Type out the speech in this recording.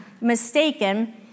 mistaken